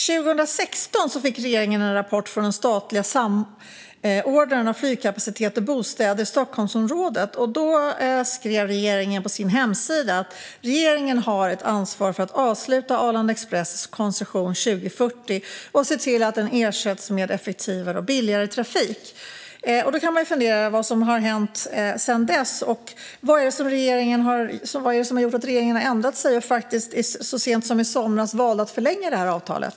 Fru talman! År 2016 fick regeringen en rapport från den statliga samordnaren av flygkapacitet och bostäder i Stockholmsområdet. Då skrev regeringen på sin hemsida att regeringen har ett ansvar för att avsluta Arlanda Express koncession 2040 och för att se till att den ersätts med effektivare och billigare trafik. Då kan man ju fundera på vad som har hänt sedan dess. Vad är det som har gjort att regeringen har ändrat sig och faktiskt så sent som i somras valde att förlänga avtalet?